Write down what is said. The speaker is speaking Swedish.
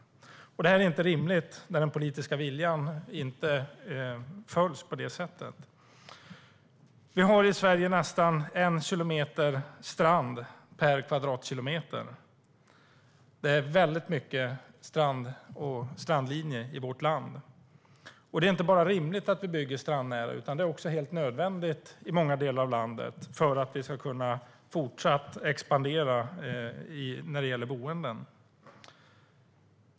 Det är inte rimligt att den politiska viljan inte följs. Vi har i Sverige nästan en kilometer strand per kvadratkilometer. Det är väldigt mycket strand och strandlinje i vårt land. Det är inte bara rimligt att vi bygger strandnära, utan det är också helt nödvändigt i många delar av landet för att vi ska kunna fortsätta att expandera när det gäller boenden.